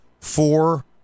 four